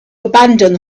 abandon